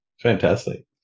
Fantastic